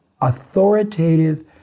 authoritative